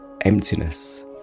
emptiness